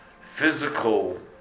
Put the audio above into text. physical